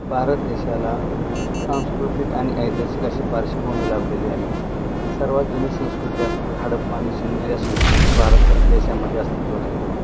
बारत देशाला सांस्कृतिक आणि ऐतिहासिक अशी पार्श्वभूमी लाभलेले आहे सर्वात जुनी संस्कृती असणारी हडप्पा आनि सिंधू या संस्कृती भारत देशामध्ये अस्तित्वत होत्या